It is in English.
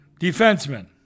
Defenseman